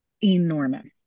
enormous